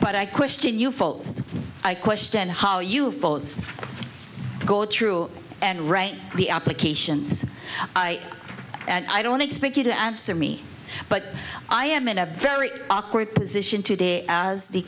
but i question your faults i question how you folds go through and write the applications i and i don't expect you to answer me but i am in a very awkward position today as the